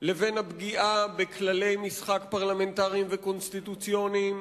הפגיעה בכללי המשחק הפרלמנטריים והקונסטיטוציוניים